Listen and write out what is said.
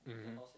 mmhmm